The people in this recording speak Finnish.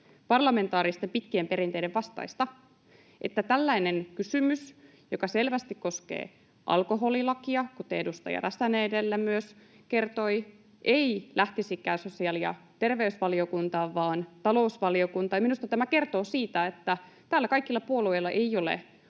parlamentaaristen pitkien perinteiden vastaista, että tällainen kysymys, joka selvästi koskee alkoholilakia, kuten myös edustaja Räsänen edellä kertoi, ei lähtisikään sosiaali- ja terveysvaliokuntaan vaan talousvaliokuntaan. Minusta tämä kertoo siitä, että täällä kaikilla puolueilla ei ole